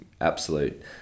absolute